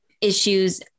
issues